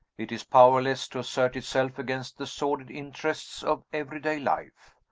it is powerless to assert itself against the sordid interests of everyday life.